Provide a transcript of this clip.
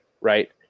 right